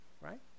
right